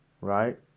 right